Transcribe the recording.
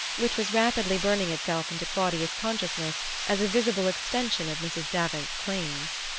which was rapidly burning itself into claudia's consciousness as a visible extension of mrs. davant's claims.